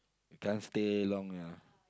can't stay long ya